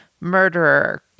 murderer